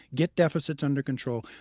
get deficits under control.